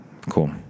cool